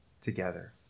together